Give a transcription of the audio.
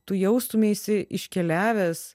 tu jaustumeisi iškeliavęs